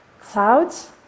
Clouds